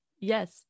Yes